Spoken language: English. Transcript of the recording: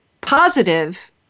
positive